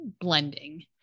blending